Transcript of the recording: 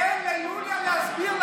תן ליוליה להסביר,